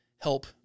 help